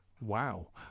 Wow